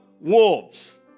wolves